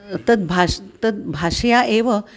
तया भाषा तया भाषया एव